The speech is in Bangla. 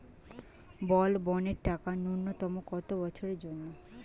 বলবনের টাকা ন্যূনতম কত বছরের জন্য?